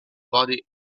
body